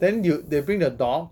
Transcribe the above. then you they bring the dog